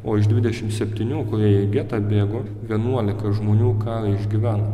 o iš dvidešimt septynių kurie į getą bėgo vienuoliką žmonių ką išgyveno